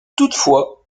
toutefois